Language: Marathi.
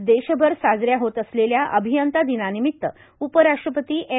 आज देशभर साजऱ्या होत असलेल्या अभियंता दिनानिमित उपराष्ट्रपती एम